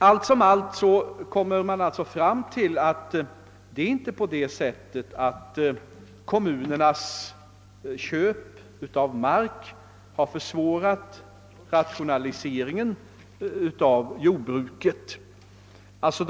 När allt kommer omkring är det alltså inte så att kommunernas markköp har försvårat jordbrukets rationalisering.